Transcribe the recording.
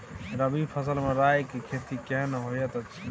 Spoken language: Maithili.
रबी फसल मे राई के खेती केहन होयत अछि?